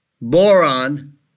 boron